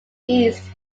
east